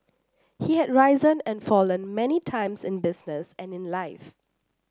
he had risen and fallen many times in business and in life